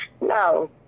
No